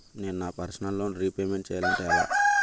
నేను నా personal loan repayment చేయాలంటే ఎలా?